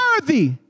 worthy